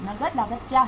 नकद लागत क्या है